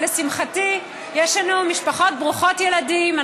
ולשמחתי יש לנו משפחות ברוכות ילדים,